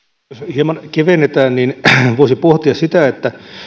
hieman kevennetään niin voisi pohtia sitä